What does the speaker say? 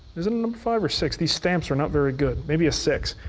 is it a five or six? these stamps are not very good. maybe a six.